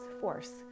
force